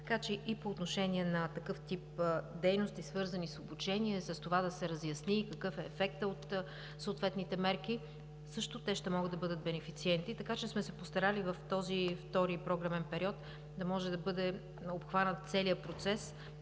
Така че и по отношение на такъв тип дейности, свързани с обучение, с това да се разясни и какъв е ефектът от съответните мерки, те също ще могат да бъдат бенефициенти. Така че сме се постарали в този втори програмен период да може да бъде обхванат целият процес